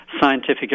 scientific